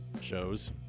shows